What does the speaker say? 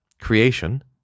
creation